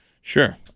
Sure